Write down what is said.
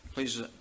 Please